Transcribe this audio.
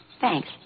Thanks